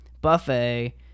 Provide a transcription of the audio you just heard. Buffet